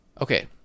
Okay